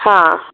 हां